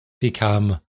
become